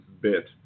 bit